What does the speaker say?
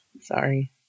Sorry